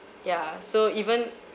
ya so even